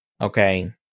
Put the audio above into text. Okay